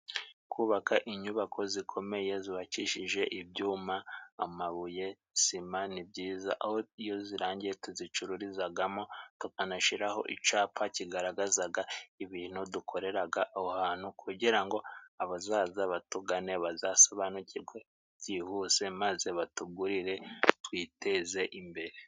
Kubaka inyubako zikomeye zubacishije ibyuma, amabuye, sima ni byiza aho iyo zirangiye tuzicururizagamo tukanashiraho icapa kigaragazaga ibintu dukoreraga aho hantu kugira ngo abazaza batugane bazasobanukirwe byihuse maze batugurire twiteze imbere.